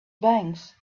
banks